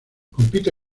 compite